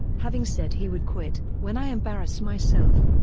having said he would quit when i embarrass myself,